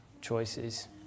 choices